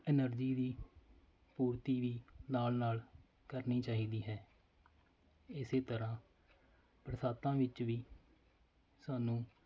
energy ਦੀ ਪੂਰਤੀ ਵੀ ਨਾਲ ਨਾਲ ਕਰਨੀ ਚਾਹੀਦੀ ਹੈ ਇਸ ਤਰ੍ਹਾਂ ਬਰਸਾਤਾਂ ਵਿੱਚ ਵੀ ਸਾਨੂੰ